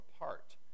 apart